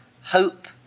hope